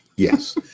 Yes